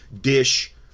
dish